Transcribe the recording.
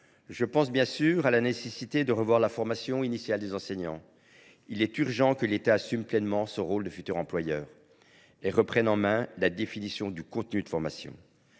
il est indispensable de revoir la formation initiale des enseignants. Il est urgent que l’État assume pleinement son rôle de futur employeur et reprenne en main la définition du contenu de formation.